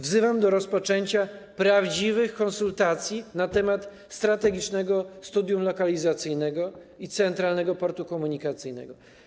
Wzywam do rozpoczęcia prawdziwych konsultacji na temat strategicznego studium lokalizacyjnego Centralnego Portu Komunikacyjnego.